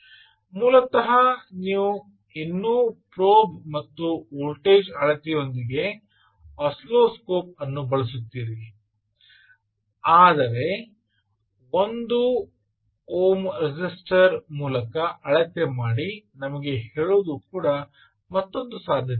ಮೂಲತಃ ನೀವು ಇನ್ನೂ ಪ್ರೊಬ್ ಮತ್ತು ವೋಲ್ಟೇಜ್ ಅಳತೆಯೊಂದಿಗೆ ಆಸಿಲ್ಲೋಸ್ಕೋಪ್ ಅನ್ನು ಬಳಸುತ್ತೀರಿ ಆದರೆ ನೀವು ಒಂದು ಓಮ್ ರೆಸಿಸ್ಟರ್ ಮೂಲತಃ ಅಳತೆ ಮಾಡಿ ನಮಗೆ ಹೇಳೋದು ಕೂಡ ಮತ್ತೊಂದು ಸಾಧ್ಯತೆಯಾಗಿದೆ